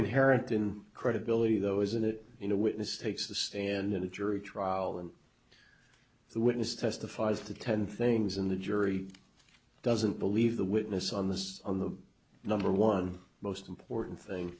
inherent in credibility though isn't it in a witness takes the stand in a jury trial them the witness testifies to ten things and the jury doesn't believe the witness on this on the number one most important thing